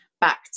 back